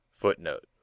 Footnote